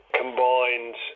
combined